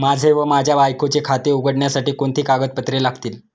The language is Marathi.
माझे व माझ्या बायकोचे खाते उघडण्यासाठी कोणती कागदपत्रे लागतील?